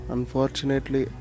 Unfortunately